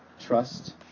trust